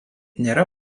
nėra